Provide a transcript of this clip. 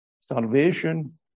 salvation